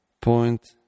point